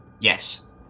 Yes